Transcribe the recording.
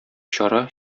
чара